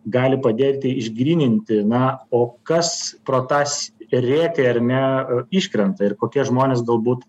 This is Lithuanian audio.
gali padėti išgryninti na o kas pro tas rėtį ar ne iškrenta ir kokie žmonės galbūt